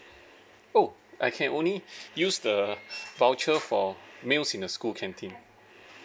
oh I can only use the voucher for meals in the school canteen